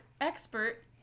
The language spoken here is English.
Expert